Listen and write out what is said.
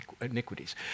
iniquities